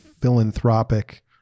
philanthropic